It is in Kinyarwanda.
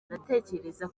ndatekereza